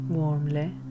warmly